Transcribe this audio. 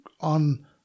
on